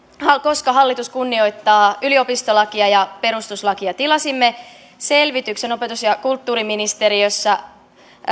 koska hallitus kunnioittaa yliopistolakia ja perustuslakia tilasimme selvityksen opetus ja kulttuuriministeriössä